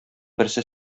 берсе